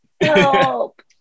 Help